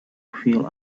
feel